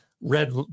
red